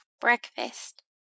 Breakfast